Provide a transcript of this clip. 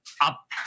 up